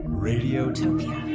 radiotopia